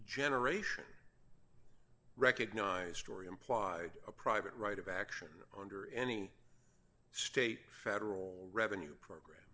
generation recognize story implied a private right of action under any state federal revenue program